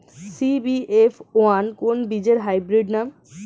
CBF one কোন বীজের hybrid নাম?